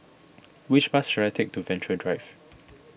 which bus should I take to Venture Drive